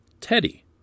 Teddy